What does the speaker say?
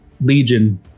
Legion